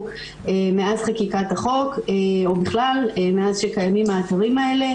מאז חקיקת החוק או בכלל מאז שקיימים האתרים האלה,